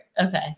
okay